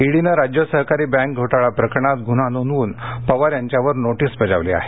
ईडीनं राज्य सहकारी बँक घोटाळा प्रकरणात गुन्हा नोंदवून पवार यांच्यावर नोटीस बजावली आहे